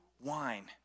wine